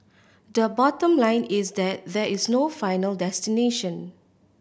the bottom line is that there is no final destination